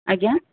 ଆଜ୍ଞା